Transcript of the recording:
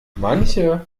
manche